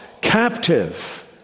captive